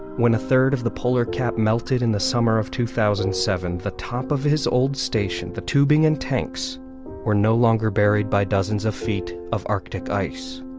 when a third of the polar cap melted in the summer of two thousand and seven, the top of his old station, the tubing and tanks were no longer buried by dozens of feet of arctic ice.